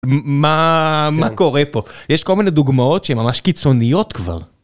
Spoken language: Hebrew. מה מה קורה פה? יש כל מיני דוגמאות שהן ממש קיצוניות כבר.